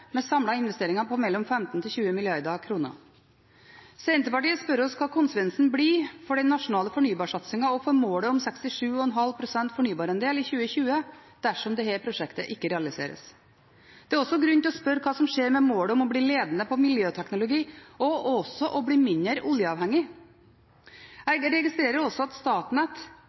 med samlede investeringer på 15–20 mrd. kr. Vi i Senterpartiet spør oss hva konsekvensen blir for den nasjonale fornybarsatsingen og målet om 67,5 pst. fornybarandel i 2020 dersom dette prosjektet ikke realiseres. Det er også grunn til å spørre om hva som skjer med målet om å bli ledende på miljøteknologi og mindre oljeavhengig.